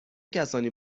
کسانی